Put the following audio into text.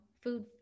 food